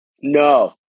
No